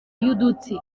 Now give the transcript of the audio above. y’udutsi